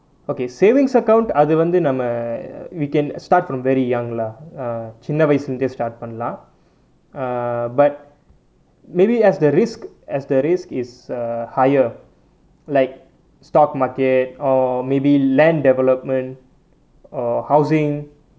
okay savings account அது வந்த நாம:athu vanthu naama we can start from very young lah err சின்ன வயசுலை இருந்ததை:chinna vayasulei irunthathai start பண்லாம்:panlaam err but maybe as the risk as the risk is higher like stock market or maybe land development or housing